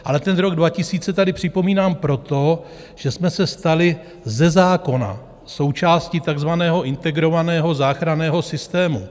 Ale rok 2000 tady připomínám proto, že jsme se stali ze zákona součástí takzvaného Integrovaného záchranného systému.